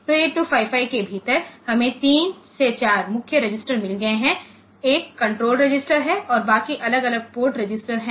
तो 8255 के भीतर हमें 3 4 मुख्य रजिस्टर मिल गए हैं एक कंट्रोल रजिस्टर है और बाकी अलग अलग पोर्ट रजिस्टर हैं